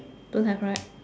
don't have right